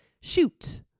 shoot